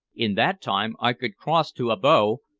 in that time i could cross to abo,